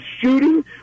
shooting